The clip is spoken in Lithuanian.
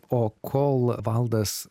o kol valdas